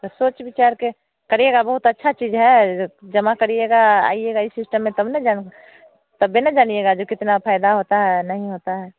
तो सोच विचार के करिएगा बहुत अच्छी चीज़ है जमा करिएगा आइएगा इस सिस्टम में तब ना जान तब ही ना जानिएगा जो कितना फ़ायदा होता है नहीं होता है